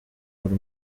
buri